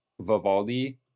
vivaldi